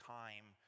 time